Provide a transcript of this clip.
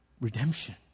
redemption